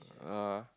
uh